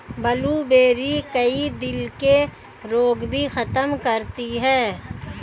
blueberry, कई दिल के रोग भी खत्म करती है